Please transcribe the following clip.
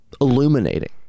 illuminating